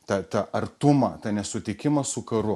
tą tą artumą tą nesutikimą su karu